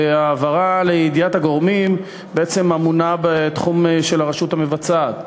וההעברה לידיעת הגורמים היא בעצם בתחום של הרשות המבצעת.